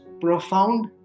profound